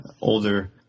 older